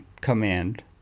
command